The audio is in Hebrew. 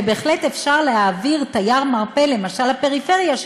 ובהחלט אפשר להעביר תייר מרפא למשל לפריפריה,